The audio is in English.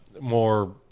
more